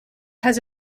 has